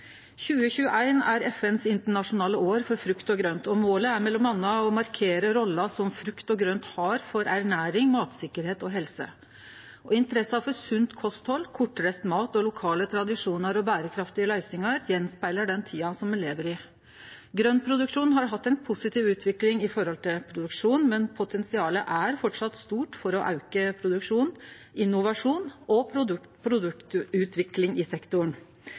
og målet er m.a. å markere rolla som frukt og grønt har for ernæring, matsikkerheit og helse. Interessa for sunt kosthald, kortreist mat, lokale tradisjonar og berekraftige løysingar speglar den tida me lever i. Grøntproduksjonen har hatt ei positiv utvikling når det gjeld produksjon, men potensialet er framleis stort for å auke produksjon, innovasjon og produktutvikling i sektoren. Gvarv i